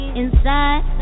inside